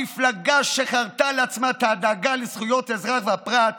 המפלגה שחרתה לעצמה את הדאגה לזכויות האזרח והפרט